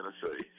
Tennessee